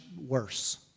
worse